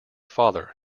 father